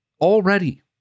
already